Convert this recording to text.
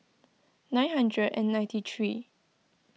nine hundred and ninety three